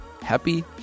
happy